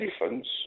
elephants